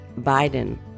Biden